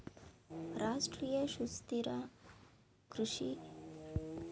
ರಾಷ್ಟ್ರೀಯ ಸುಸ್ಥಿರ ಕೃಷಿ ಅಭಿಯಾನ ರೈತರಿಗೆ ಬಹುಬೆಳೆ ಪದ್ದತಿ ಮಿಶ್ರಬೆಳೆ ಮೀನುಗಾರಿಕೆ ಕೃಷಿ ಪದ್ದತಿನ ಪ್ರೋತ್ಸಾಹಿಸ್ತದೆ